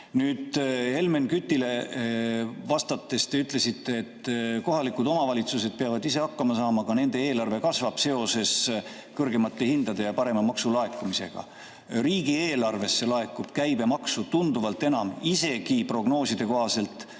Helmen Kütile vastates te ütlesite, et kohalikud omavalitsused peavad ise hakkama saama, ka nende eelarve kasvab seoses kõrgemate hindade ja parema maksulaekumisega. Riigieelarvesse laekub käibemaksu tunduvalt enam prognooside kohaselt